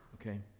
Okay